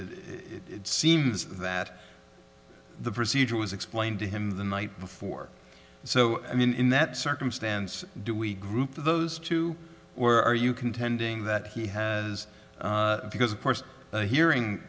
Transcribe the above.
it seems that the procedure was explained to him the night before so i mean in that circumstance do we group those two or are you contending that he has because of course a hearing